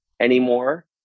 anymore